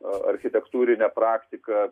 architektūrinė praktika